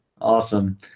Awesome